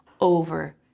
over